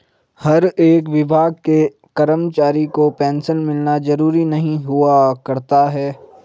हर एक विभाग के कर्मचारी को पेन्शन मिलना जरूरी नहीं हुआ करता है